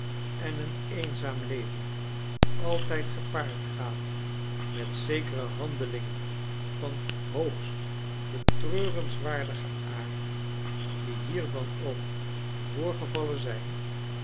en een eenzaam leven altijd gepaard gaatmetzekerehandelingen van hoogst betreurenswaardigen aard die hier dan ook voorgevallen zijn